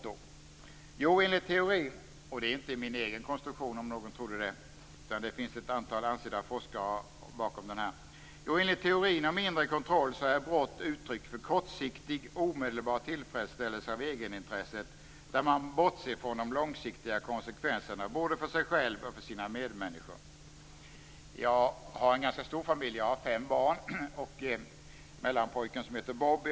Jo, det finns en teori - och det är inte min egen konstruktion om någon trodde det, utan det finns ett antal ansedda forskare som står bakom den. Enligt denna teori, teorin om inre kontroll, är brott uttryck för kortsiktig, omedelbar tillfredsställelse av egenintresset där man bortser från de långsiktiga konsekvenserna både för sig själv och för sina medmänniskor. Jag har en ganska stor familj. Jag har fem barn. Mellanpojken heter Bobby.